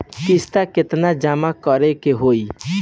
किस्त केतना जमा करे के होई?